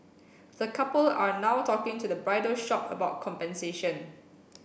the couple are now talking to the bridal shop about compensation